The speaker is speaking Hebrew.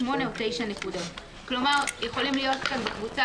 8 או 9 נקודות." יכולים להיות כאן בקבוצה